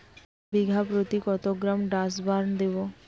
বিঘাপ্রতি কত gram Dursban দেবো?